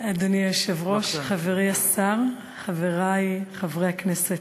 אדוני היושב-ראש, חברי השר, חברי חברי הכנסת,